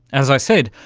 as i said,